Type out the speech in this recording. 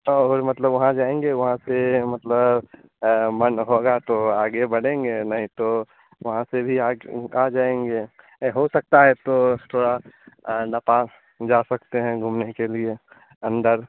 तो और मतलब वहाँ जाएँगे वहाँ से मतलब मन होगा तो आगे बढ़ेंगे नहीं तो वहाँ से भी आ आ जाएँगे या हो सकता है तो थोड़ा नेपाल जा सकते हैं घूमने के लिए अन्दर